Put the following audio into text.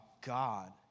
God